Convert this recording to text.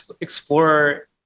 explore